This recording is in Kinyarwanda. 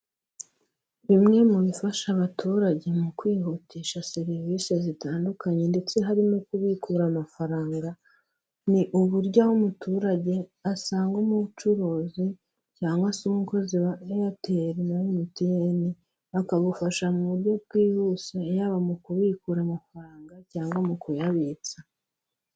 Bimwe mu bifasha abaturage mu kwihutisha serivise zitandukanye ndetse harimo kubikura amafaranga, ni uburyo aho umuturage asanga umucuruzi cyangwa se umukozi wa airtel na MTN, akabufasha mu buryo bwihuse yaba mu kubikura amafaranga cyangwa mu kuyabitsa.